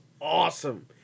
awesome